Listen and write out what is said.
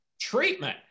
treatment